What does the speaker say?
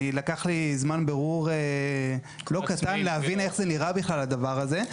אני לקח לי זמן בירור לא קטן להבין איך זה נראה בכלל הדבר הזה.